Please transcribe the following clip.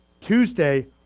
Tuesday